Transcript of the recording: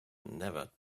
never